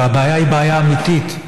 והבעיה היא בעיה אמיתית,